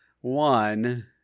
One